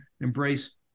embrace